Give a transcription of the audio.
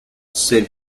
said